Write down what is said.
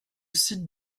site